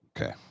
Okay